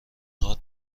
هات